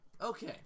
Okay